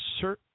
certain